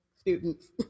students